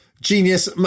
genius